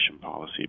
policy